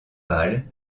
pâle